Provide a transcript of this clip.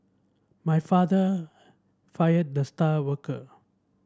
my father fired the star worker